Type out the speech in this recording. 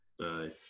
Aye